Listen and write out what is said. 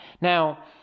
Now